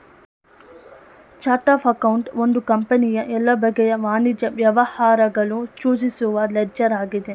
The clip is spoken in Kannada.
ಚರ್ಟ್ ಅಫ್ ಅಕೌಂಟ್ ಒಂದು ಕಂಪನಿಯ ಎಲ್ಲ ಬಗೆಯ ವಾಣಿಜ್ಯ ವ್ಯವಹಾರಗಳು ಸೂಚಿಸುವ ಲೆಡ್ಜರ್ ಆಗಿದೆ